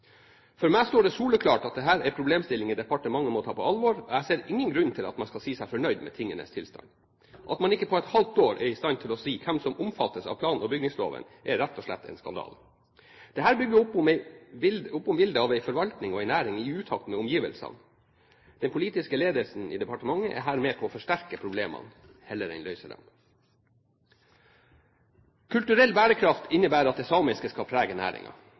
For meg står det soleklart at dette er problemstillinger departementet må ta på alvor, og jeg ser ingen grunn til at man skal si seg fornøyd med tingenes tilstand. At man ikke på et halvt år er i stand til å si hvem som omfattes av plan- og bygningsloven, er rett og slett en skandale. Dette bygger opp om bildet av en forvaltning og en næring i utakt med omgivelsene. Den politiske ledelsen i departementet er her med på å forsterke problemene heller enn å løse dem. Kulturell bærekraft innebærer at det samiske skal prege